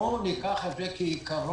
בואו ניקח את זה כעיקרון